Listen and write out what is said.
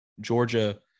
Georgia